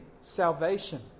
salvation